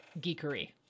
geekery